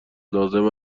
لازم